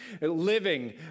living